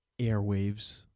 airwaves